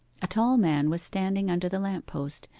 a tall man was standing under the lamp-post,